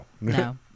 No